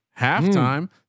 halftime